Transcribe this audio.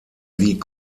wie